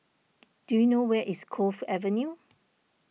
do you know where is Cove Avenue